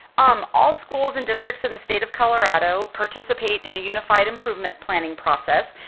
um all schools and districts in the state of colorado participate in a unified improvement planning process.